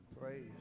Praise